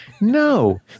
No